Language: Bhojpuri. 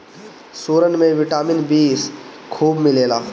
सुरन में विटामिन बी खूब मिलेला